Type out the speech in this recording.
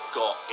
got